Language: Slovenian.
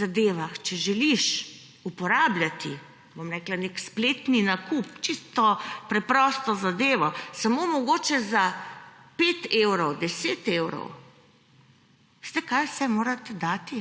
zadevah, če želiš uporabljati nek spletni nakup, čisto preprosto zadevo, samo mogoče za 5 evrov, 10 evrov – veste, kaj vse morate dati?